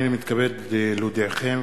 הנני מתכבד להודיעכם,